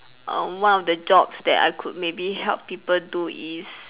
um one of the jobs that I could maybe help people do is